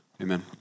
Amen